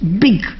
big